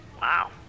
Wow